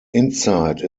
inside